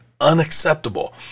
unacceptable